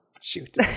Shoot